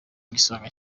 igisonga